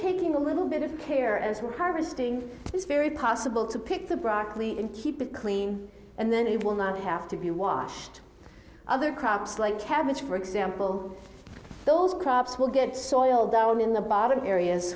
taking a little bit of care and harvesting it's very possible to pick the broccoli and keep it clean and then it will not have to be washed other crops like cabbage for example those crops will get soil down in the bottom areas